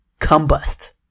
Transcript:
combust